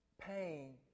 pain